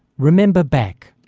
remember back,